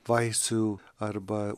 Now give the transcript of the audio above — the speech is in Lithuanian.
vaisių arba